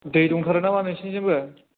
दै दंथारो नामा नोंसोरनिथिंबो